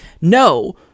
No